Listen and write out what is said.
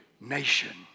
nation